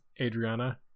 Adriana